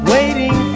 Waiting